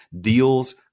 deals